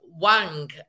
Wang